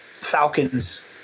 Falcon's